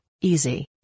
easy